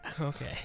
Okay